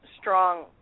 strong